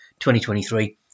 2023